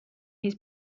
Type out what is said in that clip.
his